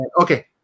Okay